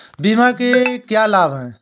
बीमा के क्या लाभ हैं?